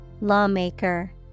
Lawmaker